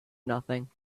nothing